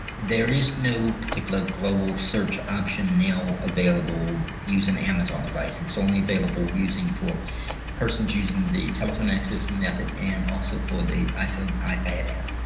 there is no particular global search option now available using amazon device it's only available using for persons using the telephone access method and also for the iphone ah ipad app.